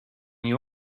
you